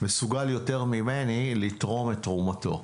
מסוגל יותר ממני לתרום את תרומתו.